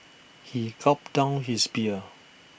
he gulped down his beer